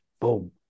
Boom